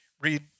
read